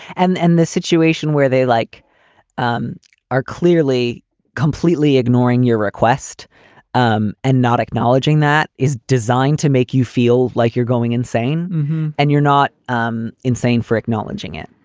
and and the situation where they, like you um are clearly completely ignoring your request um and not acknowledging that is designed to make you feel like you're going insane and you're not um insane for acknowledging it.